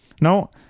No